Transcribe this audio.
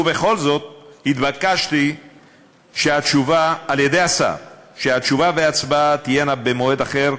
ובכל זאת התבקשתי על-ידי השר שהתשובה וההצבעה תהיינה במועד אחר.